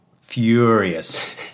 furious